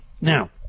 Now